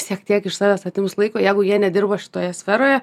šiek tiek iš savęs atims laiko jeigu jie nedirba šitoje sferoje